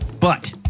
but-